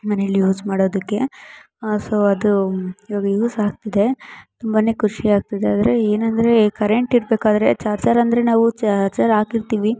ಮನೆಲ್ಲಿ ಯೂಸ್ ಮಾಡೋದಕ್ಕೆ ಸೊ ಅದು ಇವಾಗ ಯೂಸ್ ಆಗ್ತಿದೆ ತುಂಬ ಖುಷಿ ಆಗ್ತಿದೆ ಆದರೆ ಏನಂದರೆ ಕರೆಂಟ್ ಇರಬೇಕಾದ್ರೆ ಚಾರ್ಜರ್ ಅಂದರೆ ನಾವು ಚಾರ್ಜರ್ ಹಾಕಿರ್ತೀವಿ